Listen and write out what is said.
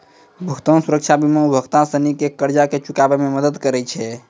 भुगतान सुरक्षा बीमा उपभोक्ता सिनी के कर्जा के चुकाबै मे मदद करै छै